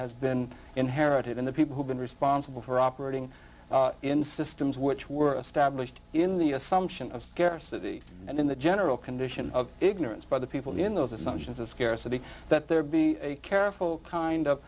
has been inherited in the people who've been responsible for operating in systems which were established in the assumption of scarcity and in the general condition of ignorance by the people in those assumptions of scarcity that there be a careful kind